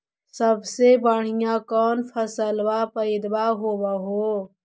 सबसे बढ़िया कौन फसलबा पइदबा होब हो?